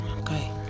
Okay